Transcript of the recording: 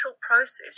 process